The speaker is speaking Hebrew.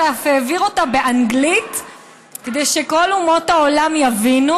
ואף העביר אותה באנגלית כדי שכל אומות העולם יבינו,